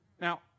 Now